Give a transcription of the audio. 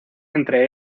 entre